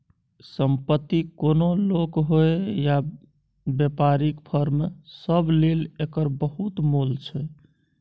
संपत्ति कोनो लोक होइ या बेपारीक फर्म सब लेल एकर बहुत मोल छै